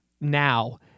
now